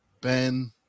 ben